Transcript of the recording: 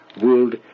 world